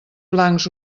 blancs